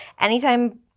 anytime